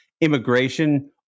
immigration